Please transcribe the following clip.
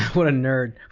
what a nerd.